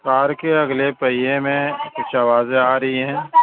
کار کے اگلے پہیے میں کچھ آوازیں آ رہی ہیں